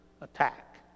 attack